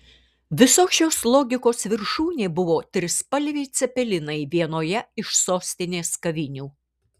visos šios logikos viršūnė buvo trispalviai cepelinai vienoje iš sostinės kavinių